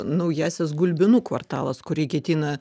naujasis gulbinų kvartalas kurį ketina